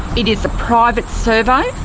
it is a private servo.